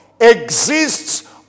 exists